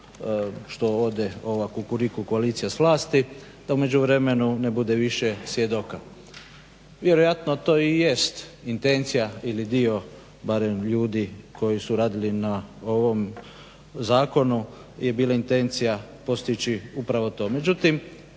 što ode ova kukuriku koalicija s vlasti, da u međuvremenu ne bude više svjedoka. Vjerojatno to i jest intencija ili dio barem ljudi koji su radili na ovom zakonu je bila intencija postići upravo to.